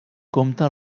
compte